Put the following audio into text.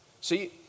See